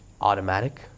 automatic